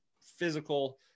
physical